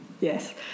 yes